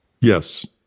Yes